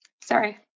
sorry